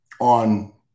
on